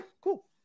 cool